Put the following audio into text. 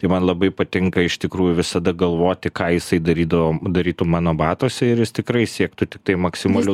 tai man labai patinka iš tikrųjų visada galvoti ką jisai darydavo darytų mano batuose ir jis tikrai siektų tiktai maksimalių